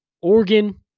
Oregon